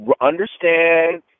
understand –